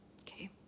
okay